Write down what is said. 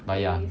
but ya